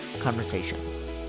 conversations